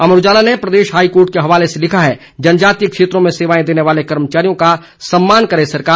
अमर उजाला ने प्रदेश हाईकोर्ट के हवाले से लिखा है जनजातीय क्षेत्रों में सेवाएं देने वाले कर्मचारियों का सम्मान करे सरकार